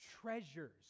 treasures